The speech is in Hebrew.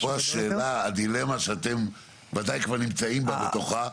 הדילמה שאתם בוודאי כבר נמצאים בתוכה,